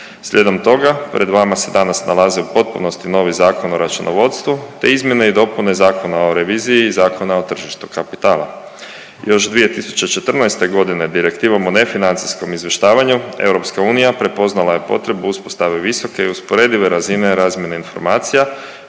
Slijedom toga pred vama se danas nalaze u potpunosti novi Zakon o računovodstvu, te izmjene i dopune Zakona o reviziji i Zakona o tržištu kapitala. Još 2014.g. Direktivom o nefinancijskom izvještavanju EU prepoznala je potrebu uspostave visoke i usporedive razine razmjene informacije